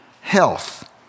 health